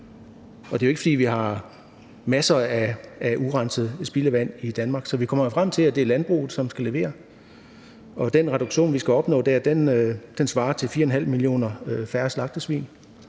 det er jo ikke, fordi vi har masser af urenset spildevand i Danmark. Så vi kommer frem til, at det er landbruget, som skal levere, og den reduktion, vi skal opnå der, svarer til 4,5 millioner færre slagtesvin.